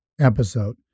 episode